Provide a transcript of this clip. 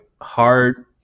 hard